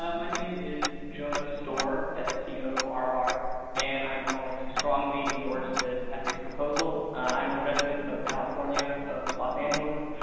um my name is jonas store as to yeah our our and i'm calling to strongly endorse this ethics proposal. i'm a resident of california of los angeles.